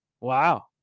Wow